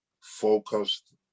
focused